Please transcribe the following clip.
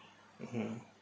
mmhmm